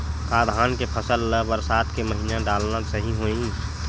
का धान के फसल ल बरसात के महिना डालना सही होही?